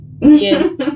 Yes